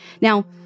Now